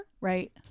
Right